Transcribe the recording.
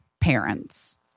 parents